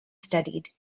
studied